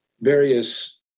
various